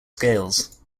scales